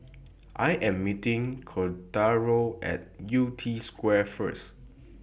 I Am meeting Cordaro At Yew Tee Square First